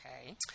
Okay